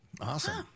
awesome